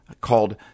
called